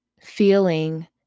feeling